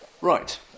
Right